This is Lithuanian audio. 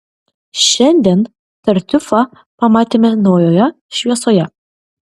šiandien tartiufą pamatėme naujoje šviesoje